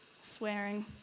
swearing